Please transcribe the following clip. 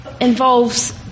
involves